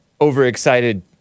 overexcited